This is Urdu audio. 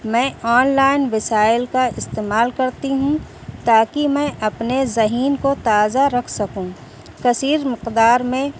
میں آنلائن وسائل کا استعمال کرتی ہوں تاکہ میں اپنے ذہن کو تازہ رکھ سکوں کثیر مقدار میں